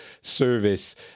service